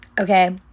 okay